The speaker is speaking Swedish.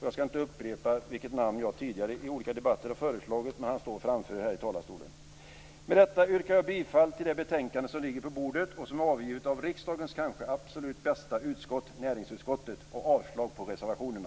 Jag ska inte upprepa vilket namn jag tidigare i olika debatter har föreslagit, men han står framför er här i talarstolen. Med detta yrkar jag bifall till hemställan i det betänkande som ligger på bordet och som är avgivet av riksdagens kanske absolut bästa utskott, dvs. näringsutskottet, och avslag på reservationerna.